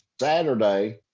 Saturday